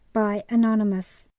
by anonymous